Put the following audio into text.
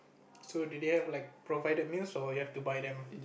so do they have have like provided meals or you have to buy them